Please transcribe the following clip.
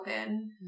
open